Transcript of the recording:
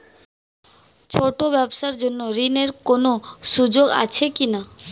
ছোট ব্যবসার জন্য ঋণ এর কোন সুযোগ আছে কি না?